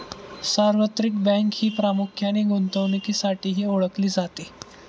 सार्वत्रिक बँक ही प्रामुख्याने गुंतवणुकीसाठीही ओळखली जाते